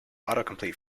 autocomplete